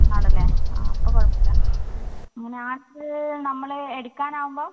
ആണല്ലേ ആ അപ്പോൾ കുഴപ്പമില്ല അങ്ങനെ ആണെങ്കിൽ നമ്മൾ എടുക്കാൻ ആകുമ്പോൾ